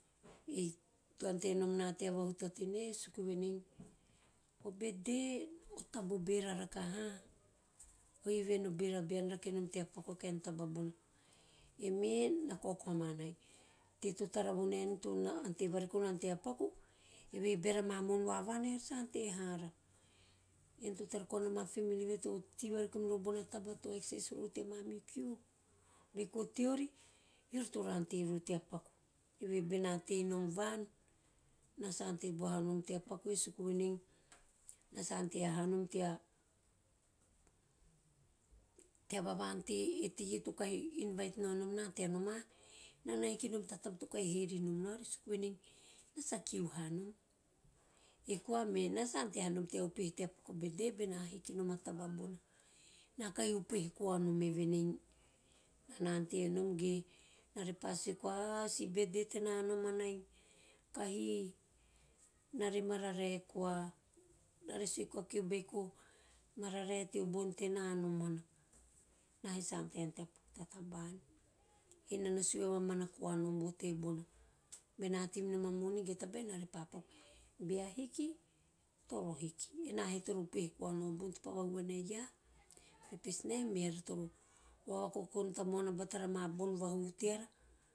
Ei to ante nom na tea vahutate ne suku venei o betde o taba o bera rakaha huh o event o beva bean rakenom tea paku o kaen taba bona. Eime na kao koamanai teie to tara vonaeu to ante vareko nana tea paku evehe beara mamo`on va van eara sa ante hara. Eau toro tei vovoko mirori bona taba to access rori tea mamihu kiu, o beiko teori e iori toro ante vori tea paku, evehe bena tenom van ena sa ante bau hanom tea e teie to kahi invite nao nom na tea noma, ena na hikinan to taba to kahi he vinom na ovi suku venei eua sa kiu hanom, e koa me na sa ante hanom tea upehe tea paku o betde bena hikinom a taba bona, ena kahi upehe kaonom eve nei, enana antenom ge ena repa sue koa a o si betde tena nomanai, kahi eua re mararae koa ena re sue koa kio beiko mararae teo bon tena nomana, ena he sa ante hanom tea paku ta taban. Enana sue va mamana koa noni vo tebona, bena tei minom a moni ge a taba ena repa paku bea hiki, toro hiki, ena he toro uupehe koa nao o bon topa vahuhu vana e iaa, a purpose ne meara toro va`okokon tamuana batara ama bon vahuhu teara